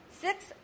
Six